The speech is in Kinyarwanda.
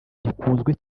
gikunzwe